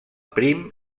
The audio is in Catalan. prim